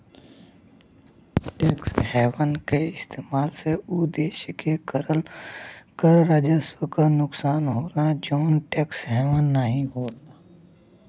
tax haven क इस्तेमाल से उ देश के कर राजस्व क नुकसान होला जौन टैक्स हेवन नाहीं हौ